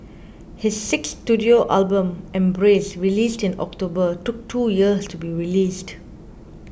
his sixth studio album Embrace released in October took two years to be released